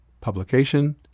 Publication